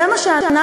זה מה שאנחנו,